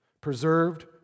preserved